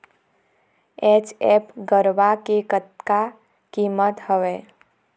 HF गरवा के कतका कीमत हवए?